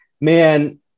man